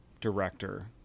director